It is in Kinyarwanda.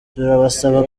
turabasaba